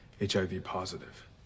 HIV-positive